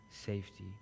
safety